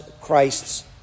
Christ's